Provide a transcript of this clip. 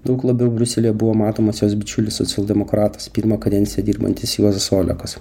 daug labiau briuselyje buvo matomas jos bičiulis socialdemokratas pirmą kadenciją dirbantis juozas olekas